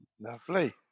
Lovely